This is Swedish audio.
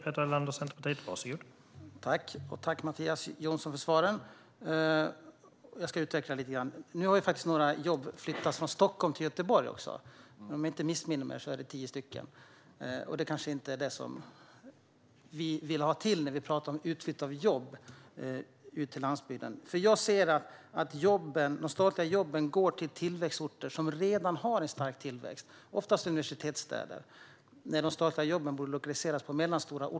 Herr talman! Tack, Mattias Jonsson, för svaren! Jag ska utveckla det hela lite. Nu har ju några jobb flyttats från Stockholm till Göteborg - om jag inte missminner mig handlar det om tio stycken. Det är kanske inte detta vi vill få till när vi talar om att flytta ut jobb till landsbygden. Jag ser att de statliga jobben går till orter som redan har en stark tillväxt, oftast universitetsstäder, när de i stället borde lokaliseras till mellanstora orter.